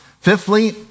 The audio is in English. Fifthly